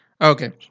Okay